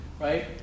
right